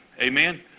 Amen